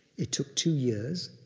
it took two years,